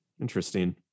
interesting